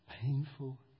painful